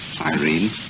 Irene